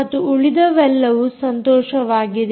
ಮತ್ತು ಉಳಿದವೆಲ್ಲವೂ ಸಂತೋಷವಾಗಿದೆ